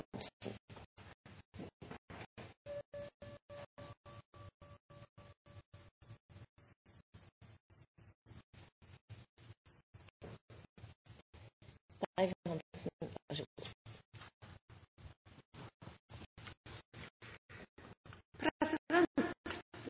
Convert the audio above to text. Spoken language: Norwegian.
det. Ei